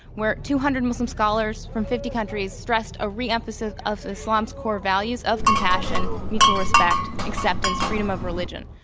where two hundred muslim scholars from fifty countries addressed a reemphasis of islam's core values of compassion, mutual respect, acceptance, freedom of religion.